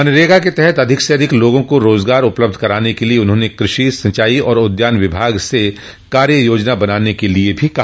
मनरेगा के तहत अधिक से अधिक लोगों को रोजगार उपलब्ध कराने के लिये उन्होंने कृषि सिंचाई और उद्यान विभाग से कार्य योजना बनाने के लिये भी कहा